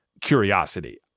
curiosity